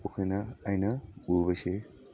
ꯃꯈꯣꯏꯅ ꯑꯩꯅ ꯎꯕꯁꯦ